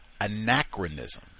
anachronism